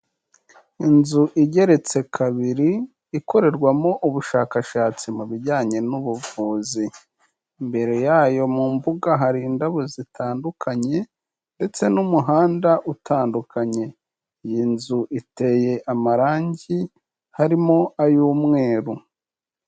Inzu igeretse kabiri ikorerwamo ubushakashatsi mu bijyanye n'ubuvuzi, imbere yayo mu mbuga hari indabo zitandukanye ndetse n'umuhanda utandukanye, iyi nzu iteye amarangi harimo ay'umweru.